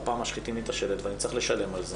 פעם משחיתים את השלט ואני צריך לשלם על זה